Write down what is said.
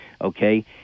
okay